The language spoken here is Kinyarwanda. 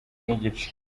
n’igice